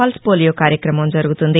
pulse polio కార్యక్రమం జరుగుతుంది